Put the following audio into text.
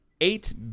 Eight